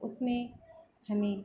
उसमें हमें